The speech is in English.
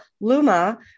Luma